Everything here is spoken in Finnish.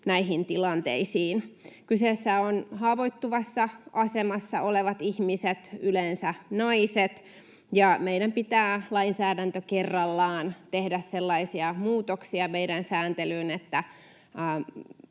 näihin tilanteisiin. Kyseessä ovat haavoittuvassa asemassa olevat ihmiset, yleensä naiset, ja meidän pitää lainsäädäntö kerrallaan tehdä meidän sääntelyyn